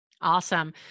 Awesome